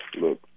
look